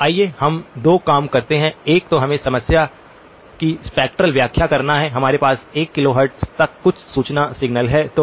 तो आइए हम दो काम करते हैं एक तो हमें समस्या की स्पेक्ट्रल व्याख्या करना है हमारे पास 1 किलोहर्ट्ज़ तक कुछ सूचना सिग्नल हैं